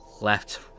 left